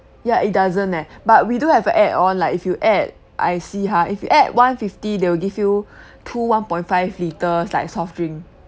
ya it doesn't leh but we do have a add on like if you add I see ha if you add one fifty they will give you two one point five litres like soft drink